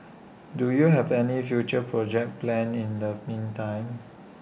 do you have any future projects planned in the meantime